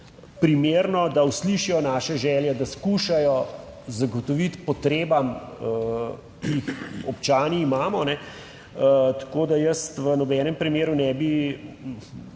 primerno, da uslišijo naše želje, da skušajo zagotoviti potrebam, ki jih občani imamo, tako da jaz v nobenem primeru ne bi